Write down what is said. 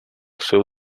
seu